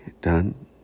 done